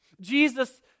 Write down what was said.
Jesus